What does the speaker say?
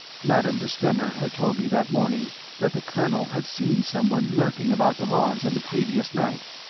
madame de stamer had told me that morning that the colonel had seen someone lurking about the lawns on the previous night.